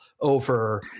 over